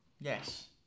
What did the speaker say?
Yes